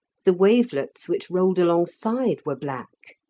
the wavelets which rolled alongside were black,